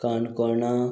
काणकोणा